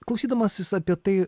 klausydamasis apie tai